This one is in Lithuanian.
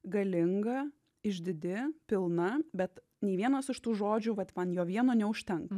galinga išdidi pilna bet nei vienas iš tų žodžių vat man jo vieno neužtenka